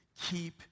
Keep